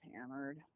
hammered